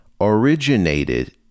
originated